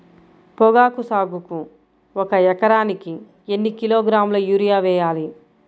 పొగాకు సాగుకు ఒక ఎకరానికి ఎన్ని కిలోగ్రాముల యూరియా వేయాలి?